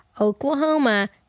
Oklahoma